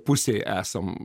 pusėj esam